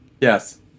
Yes